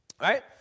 right